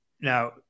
Now